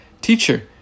Teacher